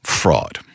fraud